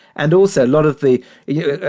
and also a lot of the you